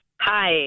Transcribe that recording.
hi